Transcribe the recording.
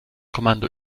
kommando